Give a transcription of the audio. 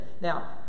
Now